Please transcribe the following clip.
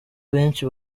benshi